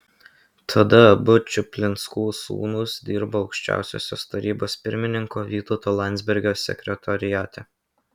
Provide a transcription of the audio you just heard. tada abu čuplinskų sūnūs dirbo aukščiausiosios tarybos pirmininko vytauto landsbergio sekretoriate